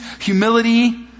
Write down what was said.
humility